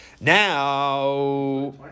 Now